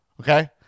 Okay